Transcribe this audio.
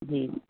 जी